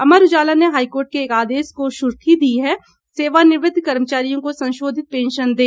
अमर उजाला ने हाईकोर्ट के एक आदेश को सुर्खी दी है सेवानिवृत कर्मचारियों को संशाधित पेंशन दें